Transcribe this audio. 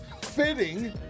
fitting